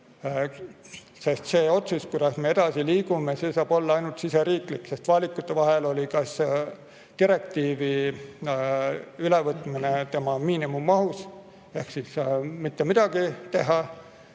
mõtet. See otsus, kuidas me edasi liigume, saab olla ainult riigisisene, sest valikute vahel oli kas direktiivi ülevõtmine tema miinimummahus ehk nii, et me ei tee